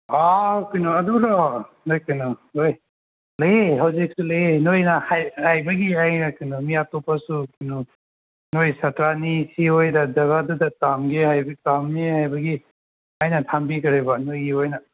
ꯀꯩꯅꯣ ꯑꯗꯨꯔꯣ ꯀꯩꯅꯣ ꯅꯣꯏ ꯂꯩꯌꯦ ꯍꯧꯖꯤꯛꯁꯨ ꯂꯩꯌꯦ ꯅꯣꯏꯅ ꯍꯥꯏꯔꯛ ꯃꯤ ꯑꯇꯣꯞꯄꯁꯨ ꯀꯩꯅꯣ ꯑꯩꯅ ꯊꯝꯕꯈ꯭ꯔꯦꯕ ꯅꯣꯏꯒꯤ ꯑꯣꯏꯅ